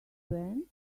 went